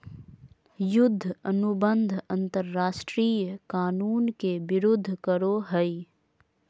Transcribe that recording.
युद्ध अनुबंध अंतरराष्ट्रीय कानून के विरूद्ध करो हइ